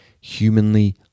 humanly